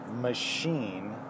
machine